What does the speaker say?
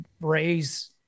raise